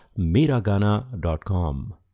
miragana.com